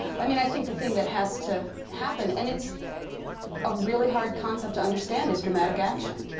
i mean, i think the thing that has to happen and it's a really hard concept to understand, is dramatic action.